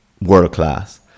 world-class